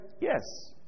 Yes